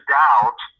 doubt